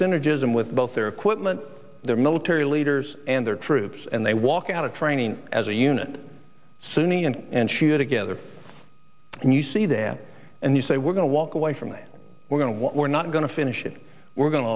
synergism with both their equipment their military leaders and their troops and they walk out of training as a unit sunni and and she together and you see that and you say we're going to walk away from it we're going to what we're not going to finish it we're going to